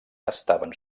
estaven